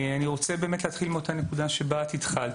אני רוצה להתחיל מאותה נקודה שבה את התחלת,